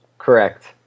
correct